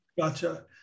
gotcha